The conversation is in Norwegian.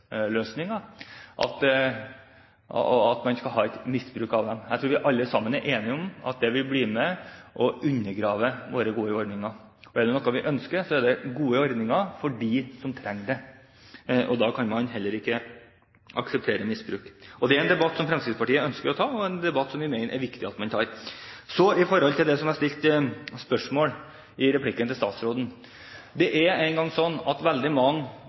at man skal ha et misbruk av dem. Jeg tror alle sammen er enige om at det vil være med på å undergrave våre gode ordninger, og er det noe vi ønsker, er det gode ordninger for dem som trenger dem. Da kan man heller ikke akseptere misbruk. Dette er en debatt som Fremskrittspartiet ønsker å ta, og en debatt som vi mener det er viktig at man tar. Når det gjelder det jeg stilte spørsmål om i replikken til statsråden: Det er nå engang sånn at veldig mange